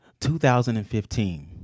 2015